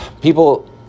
People